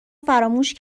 فراموش